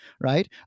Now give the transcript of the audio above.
Right